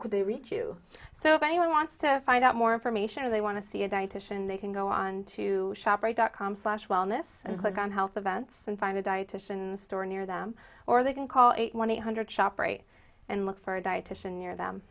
could they reach you so if anyone wants to find out more information or they want to see a dietician they can go on to shop or a dot com slash wellness and click on health advance and find a dietitian store near them or they can call one eight hundred shopper eight and look for a dietitian near them